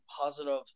positive